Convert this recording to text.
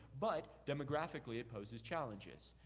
but demographically, it poses challenges.